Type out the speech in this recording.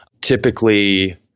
Typically